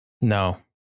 No